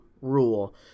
rule